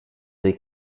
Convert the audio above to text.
they